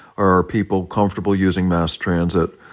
are people comfortable using mass transit?